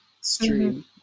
stream